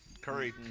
curry